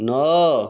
ନଅ